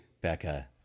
Becca